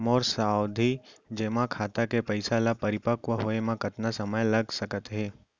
मोर सावधि जेमा खाता के पइसा ल परिपक्व होये म कतना समय लग सकत हे?